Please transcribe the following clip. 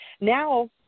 Now